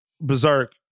Berserk